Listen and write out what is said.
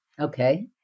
Okay